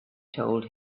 told